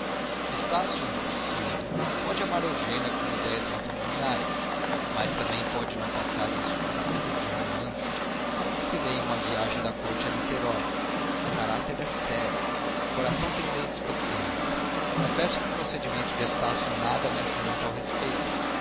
explicar-se estácio disse ele pode amar eugênia com idéias matrimoniais mas também pode não passar isto de um capítulo de romance como o que se lê em uma viagem da corte a niterói o caráter é sério o coração tem leis especiais confesso que o procedimento de estácio nada me afirma a tal respeito